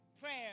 Prayer